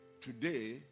today